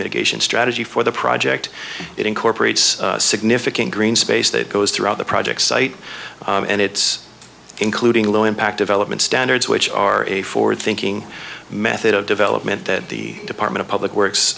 mitigation strategy for the project that incorporates significant green space that goes throughout the project site and it's including a low impact of element standards which are a forward thinking method of development that the department of public works